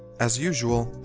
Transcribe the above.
as usual.